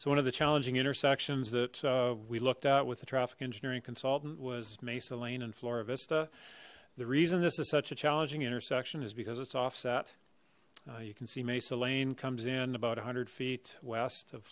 so one of the challenging intersections that we looked at with the traffic engineering consultant was mesa lane and flora vista the reason this is such a challenging intersection is because it's offset you can see mesa lane comes in about one hundred feet west of